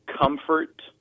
comfort